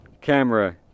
camera